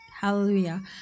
Hallelujah